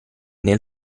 nel